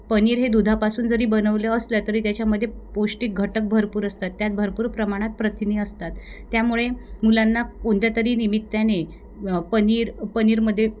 पनीर हे दुधापासून जरी बनवलं असलं तरी त्याच्यामध्ये पौष्टिक घटक भरपूर असतात त्यात भरपूर प्रमाणात प्रथिने असतात त्यामुळे मुलांना कोणत्यातरी निमित्ताने पनीर पनीरमध्ये